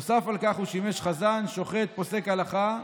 נוסף על כך, הוא שימש חזן, שוחט, פוסק הלכה,